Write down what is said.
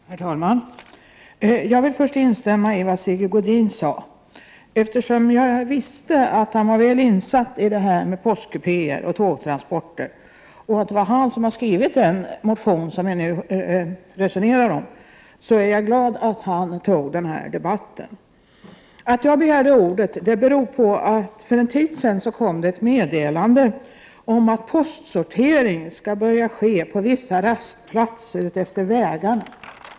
Herr talman! Jag vill först instämma i det som Sigge Godin sade. Eftersom jag vet att han är väl insatt i frågan om postkupéer och tågtransporter och att det är han som avgivit den motion som vi nu diskuterar, så är jag glad att han tog upp detta till debatt. Orsaken till att jag begärde ordet är att det för en tid sedan kom ett meddelande om att postsortering skall införas på vissa rastplatser utefter vägarna.